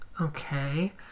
Okay